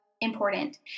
important